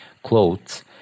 clothes